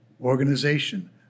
organization